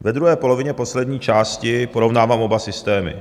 Ve druhé polovině poslední části porovnává oba systémy.